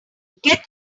get